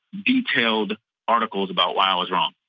detailed articles about why i was wrong,